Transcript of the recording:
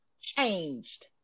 changed